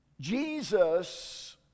Jesus